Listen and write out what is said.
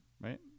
Right